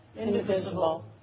indivisible